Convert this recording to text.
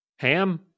Ham